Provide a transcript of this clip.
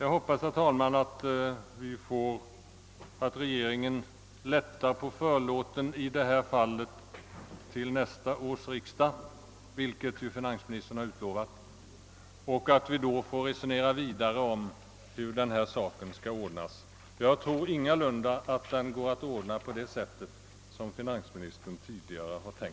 Jag hoppas att regeringen till nästa års riksdag lättar på förlåten i dessa stycken — vilket finansministern ju också har utlovat — så att vi då får resonera vidare om hur dessa problem skall lösas. Jag tror inte att det går att ordna på det sätt som finansministern tidigare tänkt sig.